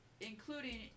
including